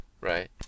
Right